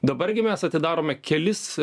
dabar gi mes atidarome kelis